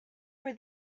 for